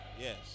Yes